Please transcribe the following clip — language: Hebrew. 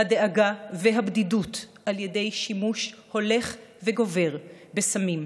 הדאגה והבדידות על ידי שימוש מוגבר בסמים,